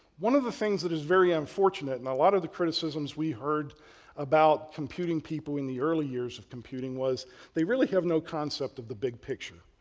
one of the things that is very unfortunate, and a lot of the criticisms we heard about computing people in the early years of computing, was they really have no concept of the big picture.